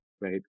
right